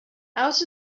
out